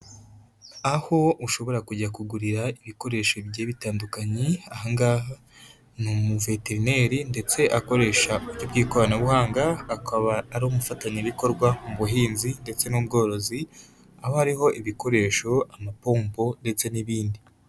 Aho uwo ushobora kujya kugurira ibikoresho bye bitandukanye. ahangaha ni umuveterineri, ndetse akoresha uburyo bw'ikoranabuhanga, akaba ari umufatanyabikorwa mu buhinzi ndetse n'ubworozi. Aho hariho ibikoresho, amapombo ndetse n'ibindi.